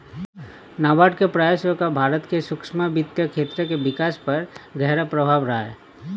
नाबार्ड के प्रयासों का भारत के सूक्ष्म वित्त क्षेत्र के विकास पर गहरा प्रभाव रहा है